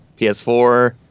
PS4